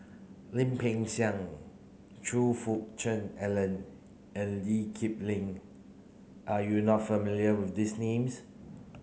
Lim Peng Siang Choe Fook Cheong Alan and Lee Kip Lin are you not familiar with these names